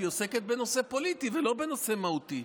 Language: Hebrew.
שהיא עוסקת בנושא פוליטי ולא בנושא מהותי.